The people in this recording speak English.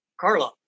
Carla